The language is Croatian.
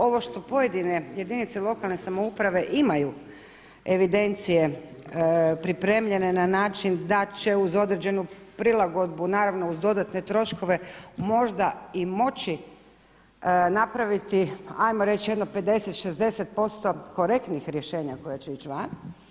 Ovo što pojedine jedinice lokalne samouprave imaju evidencije pripremljene na način da će uz određenu prilagodbu, naravno uz dodatne troškove možda i moći napraviti, ajmo reći, jedno 50, 60 posto korektnih rješenja koja će ići van.